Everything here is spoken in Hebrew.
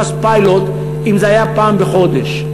אפשר לעשות פיילוט אם זה היה פעם בחודש.